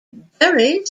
bury